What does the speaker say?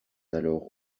alors